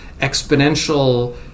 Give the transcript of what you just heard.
exponential